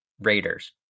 Raiders